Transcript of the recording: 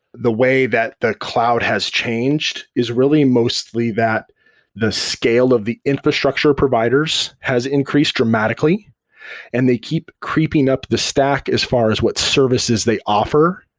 the way that the cloud has changed is really mostly that the scale of the infrastructure providers has increased dramatically and they keep creeping up the stack as far as what services they offer,